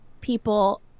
people